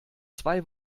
zwei